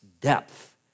depth